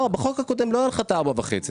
לא בחוק הקודם לא היה לך את ה-4.5 מיליון,